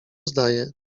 zdaje